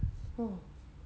oh